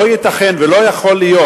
לא ייתכן ולא יכול להיות,